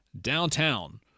Downtown